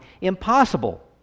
impossible